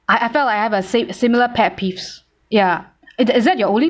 I I felt like I have a si~ similar pet peeves ya is is it your only